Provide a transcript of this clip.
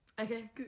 Okay